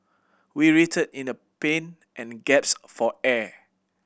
we writhed in the pain and gaps for air